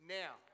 now